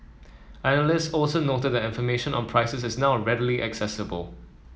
analyst also noted that information on prices is now readily accessible